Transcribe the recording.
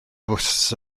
bws